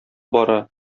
бара